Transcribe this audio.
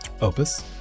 opus